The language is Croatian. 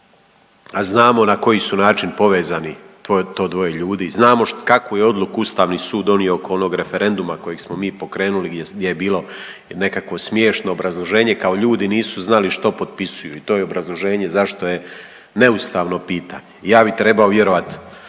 a znamo na koji su način povezani to dvoje ljudi. Znamo kakvu je odluku Ustavni sud donio oko onog referenduma kojeg smo mi pokrenuli gdje je bilo nekakvo smiješno obrazloženje kao ljudi nisu znali što potpisuju i to je obrazloženje zašto je neustavno pitanje. Ja bih trebao vjerovati